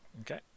Okay